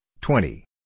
twenty